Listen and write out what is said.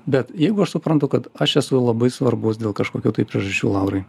bet jeigu aš suprantu kad aš esu labai svarbus dėl kažkokių tai priežasčių laurai